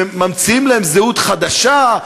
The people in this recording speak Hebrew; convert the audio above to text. ממציאים להם זהות חדשה,